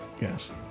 Yes